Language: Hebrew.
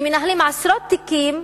שמנהלים עשרות תיקים,